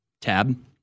tab